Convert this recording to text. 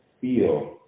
feel